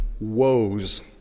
woes